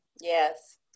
Yes